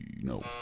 No